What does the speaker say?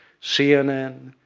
cnn,